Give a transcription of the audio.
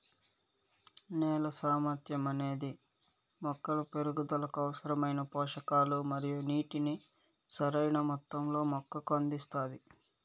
నేల సామర్థ్యం అనేది మొక్కల పెరుగుదలకు అవసరమైన పోషకాలు మరియు నీటిని సరైణ మొత్తంలో మొక్కకు అందిస్తాది